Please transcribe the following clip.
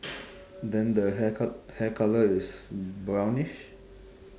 then the haircut hair colour is brownish